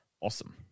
Awesome